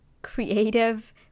creative